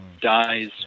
dies